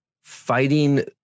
fighting